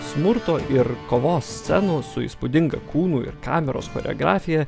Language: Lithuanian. smurto ir kovos scenų su įspūdinga kūnų ir kameros choreografija